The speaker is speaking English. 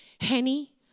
Henny